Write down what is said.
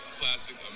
classic